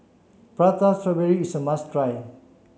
Prata Strawberry is a must try